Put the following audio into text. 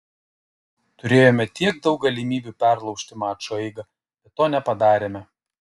turėjome tiek daug galimybių perlaužti mačo eigą bet to nepadarėme